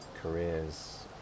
careers